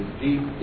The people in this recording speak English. deep